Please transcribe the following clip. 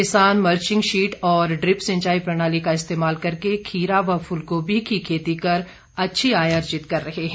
किसान mulching sheet और drip सिंचाई प्रणाली का इस्तेमाल करके खीरा व फूलगोभी की खेती कर अच्छी आय अर्जित कर रहे हैं